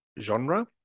genre